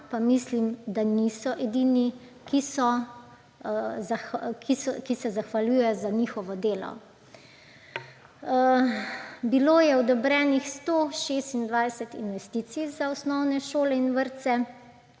pa mislim, da niso edini, ki se zahvaljujejo za njihovo delo. Bilo je odobrenih 126 investicij za osnovne šole in vrtce,